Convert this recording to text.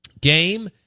game